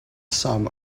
sum